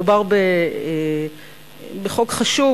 מדובר בחוק חשוב,